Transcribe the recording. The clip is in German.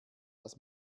was